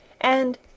and